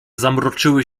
zamroczyły